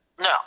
No